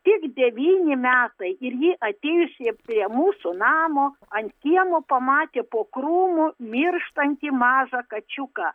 tik devyni metai ir ji atėjusie prie mūsų namo ant kiemo pamatė po krūmu mirštantį mažą kačiuką